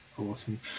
Awesome